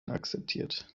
akzeptiert